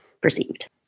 perceived